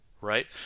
right